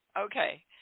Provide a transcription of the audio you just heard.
Okay